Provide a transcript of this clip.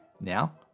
Now